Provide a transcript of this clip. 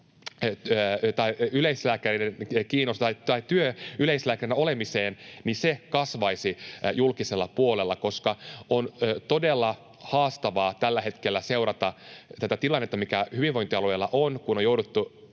että yleislääkäreitä kiinnostaisi nyt tämä työ, yleislääkärinä oleminen, ja se kasvaisi julkisella puolella, koska on todella haastavaa tällä hetkellä seurata tätä tilannetta, mikä hyvinvointialueilla on, kun on jouduttu